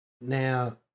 Now